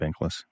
Bankless